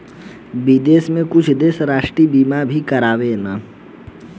विदेश में कुछ देश राष्ट्रीय बीमा भी कारावेलन